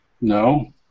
No